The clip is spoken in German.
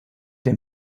der